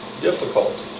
difficulties